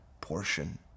portion